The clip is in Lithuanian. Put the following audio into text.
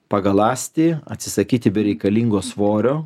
pagaląsti atsisakyti bereikalingo svorio